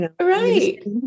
Right